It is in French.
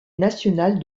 nationale